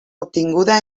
obtinguda